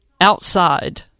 outside